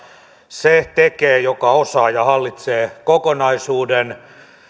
se tekee joka osaa ja hallitsee kokonaisuuden